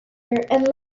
and